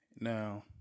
Now